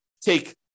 take